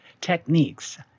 techniques